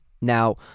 Now